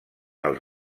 els